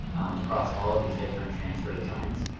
across all of these different transfer designs.